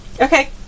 Okay